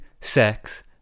sex